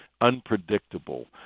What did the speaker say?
unpredictable